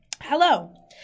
Hello